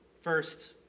first